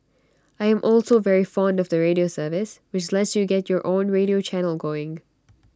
I am also very fond of the radio service which lets you get your own radio channel going